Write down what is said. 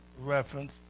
reference